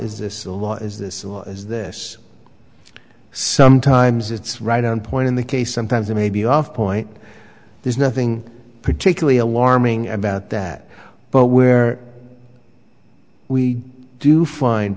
law is this law is this is this sometimes it's right on point in the case sometimes it may be off point there's nothing particularly alarming about that but where we do find